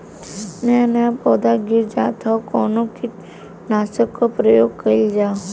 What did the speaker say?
नया नया पौधा गिर जात हव कवने कीट नाशक क प्रयोग कइल जाव?